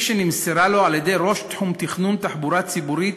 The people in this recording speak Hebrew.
שנמסרה לו על-ידי ראש תחום תכנון תחבורה ציבורית